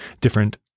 different